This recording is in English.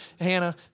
Hannah